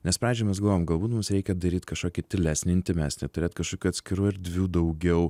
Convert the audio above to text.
nes pradžioj mes galvojom galbūt mums reikia daryt kažkokį tylesnį intymesnį turėt kažkokių atskirų erdvių daugiau